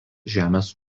žemės